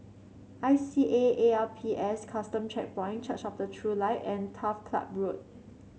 I C A A L P S Custom Checkpoint Church of the True Light and Turf Ciub Road